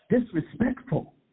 disrespectful